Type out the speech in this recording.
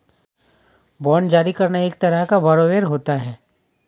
bond जारी करता एक तरह का बारोवेर होता है